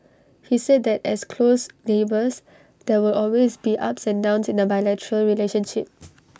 he said that as close neighbours there will always be ups and downs in the bilateral relationship